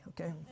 okay